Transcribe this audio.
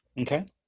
Okay